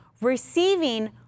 receiving